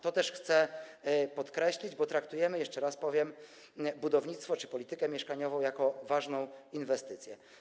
To też chcę podkreślić, bo traktujemy, jeszcze raz powiem, budownictwo czy politykę mieszkaniową jak ważną inwestycję.